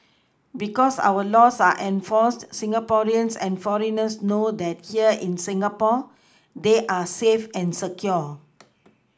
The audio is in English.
because our laws are enforced Singaporeans and foreigners know that here in Singapore they are safe and secure